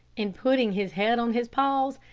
and putting his head on his paws,